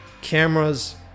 cameras